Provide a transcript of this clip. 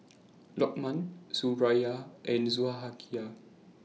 Lokman Suraya and Zulaikha